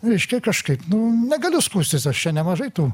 reiškia kažkaip nu negaliu skųstis aš čia nemažai tų